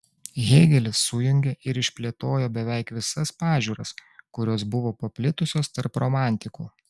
hėgelis sujungė ir išplėtojo beveik visas pažiūras kurios buvo paplitusios tarp romantikų